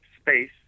space